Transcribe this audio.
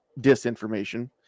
disinformation